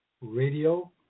radio